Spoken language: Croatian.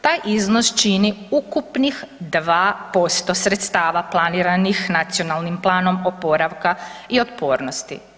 Taj iznos čini ukupnih 2% sredstava planiranih Nacionalnim planom oporavka i otpornosti.